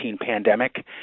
pandemic